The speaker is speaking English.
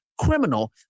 criminal